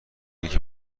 اینکه